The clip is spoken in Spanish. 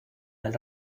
del